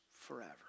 forever